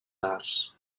arts